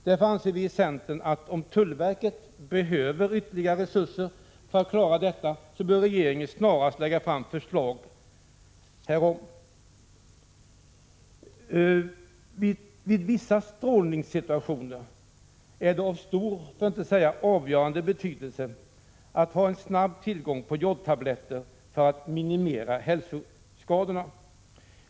Därför anser vi i centern att om tullverket behöver ytterligare resurser för att klara detta, så bör regeringen snarast lägga fram förslag därom. Vid vissa strålningssituationer är det av stor, för att inte säga avgörande, betydelse att ha snabb tillgång på jodtabletter för att minimera hälsoskadorna.